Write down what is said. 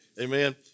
amen